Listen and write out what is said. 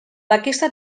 aquesta